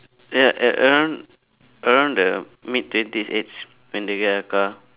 ya uh around around the mid twenties age when they get a car